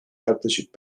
yaklaşık